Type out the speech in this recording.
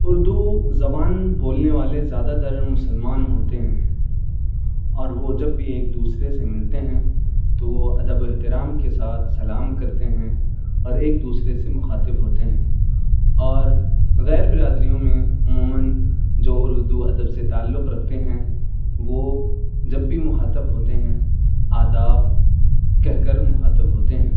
اردو زبان بولنے والے زیادہ تر مسلمان ہوتے ہیں اور وہ جب بھی ایک دوسرے سے ملتے ہیں تو وہ ادب و احترام کے ساتھ سلام کرتے ہیں اور ایک دوسرے سے مخاطب ہوتے ہیں اور غیربرادریوں میں عموماً جو اردو ادب سے تعلق رکھتے ہیں وہ جب بھی مخاطب ہوتے ہیں آداب کہہ کر مخاطب ہوتے ہیں